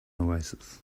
oasis